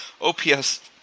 OPS